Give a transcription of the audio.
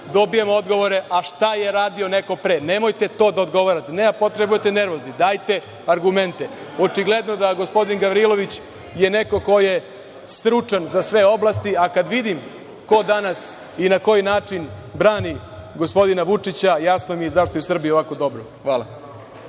dobijamo odgovore – a šta je radio neko pre. Nemojte to da odgovarate, nema potrebe da budete nervozni. Dajte argumente. Očigledno da gospodin Gavrilović je neko ko je stručan za sve oblasti, a kada vidim ko danas i na koji način brani gospodina Vučića, jasno mi je zašto je u Srbiji ovako dobro. Hvala.